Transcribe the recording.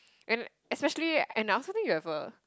and especially and i also think you have a